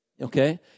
Okay